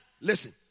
Listen